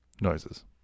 noises